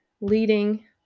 leading